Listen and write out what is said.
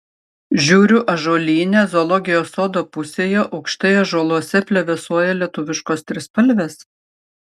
žiūriu ąžuolyne zoologijos sodo pusėje aukštai ąžuoluose plevėsuoja lietuviškos trispalvės